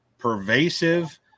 Pervasive